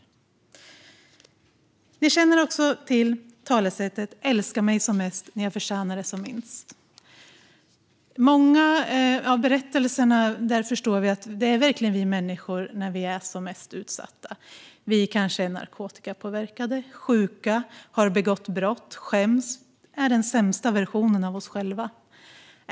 Justitieombuds-männens ämbets-berättelse Ni känner också till talesättet "älska mig som mest när jag förtjänar det som minst". Av många berättelser förstår vi att det handlar om oss människor när vi är som mest utsatta. Vi är kanske narkotikapåverkade, sjuka eller har begått brott och skäms och är den sämsta versionen av oss själva.